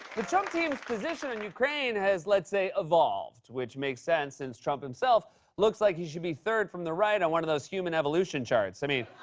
the trump team's position on ukraine has, let's say, evolved, which makes sense, since trump himself looks like he should be third from the right on one of those human evolution charts. i mean,